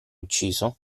ucciso